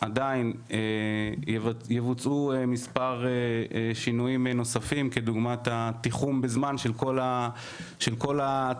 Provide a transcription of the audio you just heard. עדיין יבוצעו מספר שינויים נוספים כדוגמת התיחום בזמן של כל התהליך